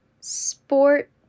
sport